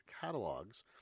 catalogs